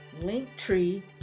linktree